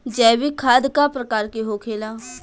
जैविक खाद का प्रकार के होखे ला?